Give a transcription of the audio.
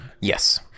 Yes